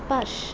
Sparsh